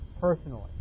personally